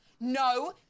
no